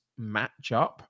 matchup